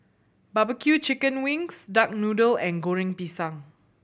barbecue chicken wings duck noodle and Goreng Pisang